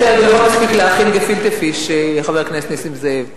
אתה עוד יכול להספיק להכין גפילטע-פיש וגם חריימה.